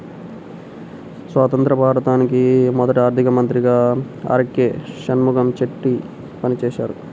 స్వతంత్య్ర భారతానికి మొదటి ఆర్థిక మంత్రిగా ఆర్.కె షణ్ముగం చెట్టి పనిచేసారు